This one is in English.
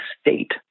state